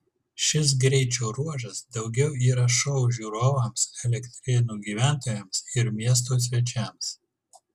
šis greičio ruožas daugiau yra šou žiūrovams elektrėnų gyventojams ir miesto svečiams